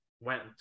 went